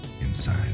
inside